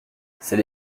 c’est